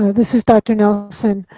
this is dr. nelson.